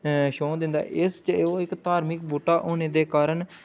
छां दिंदा ऐ इस च ओह् इक धार्मक बूह्टा होने दे कारण